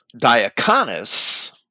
diaconus